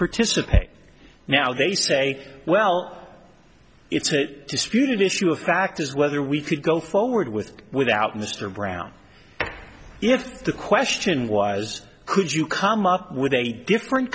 participate now they say well it's a disputed issue a fact is whether we could go forward with without mr brown and if the question was could you come up with a different